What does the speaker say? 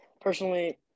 Personally